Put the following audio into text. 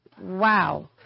wow